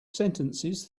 sentences